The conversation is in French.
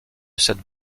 cette